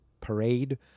parade